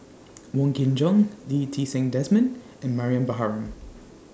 Wong Kin Jong Lee Ti Seng Desmond and Mariam Baharom